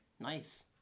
Nice